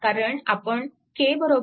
कारण आपण k 0